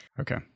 Okay